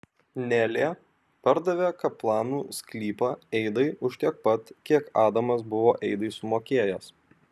nelė pardavė kaplanų sklypą eidai už tiek pat kiek adamas buvo eidai sumokėjęs